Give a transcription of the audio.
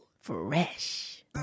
Fresh